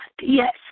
Yes